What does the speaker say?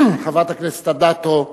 חברת הכנסת אדטו,